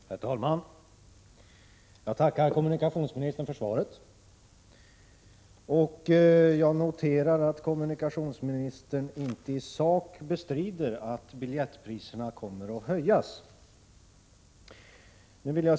Herr talman! Jag tackar kommunikationsministern för svaret. Jag noterar att kommunikationsministern inte i sak bestrider att biljettpriserna kommer att höjas.